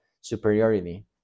superiority